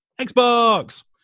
Xbox